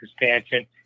expansion